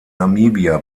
namibia